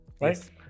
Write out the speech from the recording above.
Yes